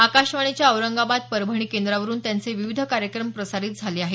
आकाशवाणीच्या औरंगाबाद परभणी केंद्रावरून त्यांचे विविध कार्यक्रम प्रसारीत झालेले आहेत